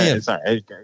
sorry